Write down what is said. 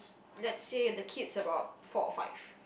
let's say the kids about four or five